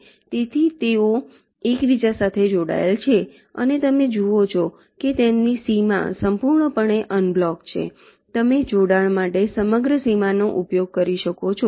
તેથી તેઓ એકબીજા સાથે જોડાયેલા છે અને તમે જુઓ છો કે તેમની સીમા સંપૂર્ણપણે અનબ્લોક છે તમે જોડાણ માટે સમગ્ર સીમાનો ઉપયોગ કરી શકો છો